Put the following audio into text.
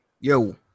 Yo